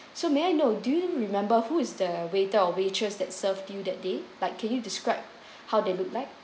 so may I know do you remember who is the waiter or waitress that serve you that day like can you describe how they look like